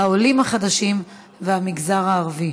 העולים החדשים והמגזר הערבי,